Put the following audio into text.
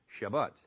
Shabbat